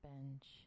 bench